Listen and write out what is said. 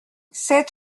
sept